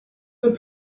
their